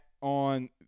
on